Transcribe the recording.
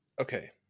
okay